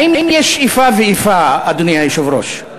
האם יש איפה ואיפה, אדוני היושב-ראש?